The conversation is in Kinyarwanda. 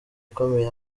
ukomeye